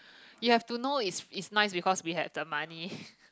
you have to know it's it's nice because we had the money